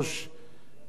חיו בארץ,